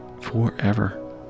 forever